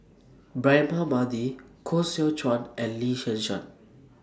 Braema Mathi Koh Seow Chuan and Lee Yi Shyan